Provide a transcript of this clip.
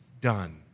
done